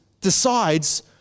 decides